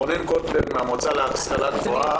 רונן קוטין מן המועצה להשכלה גבוהה,